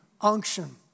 unction